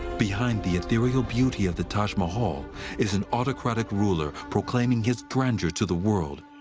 behind the ethereal beauty of the taj mahal is an autocratic ruler proclaiming his grandeur to the world.